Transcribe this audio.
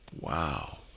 Wow